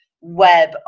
web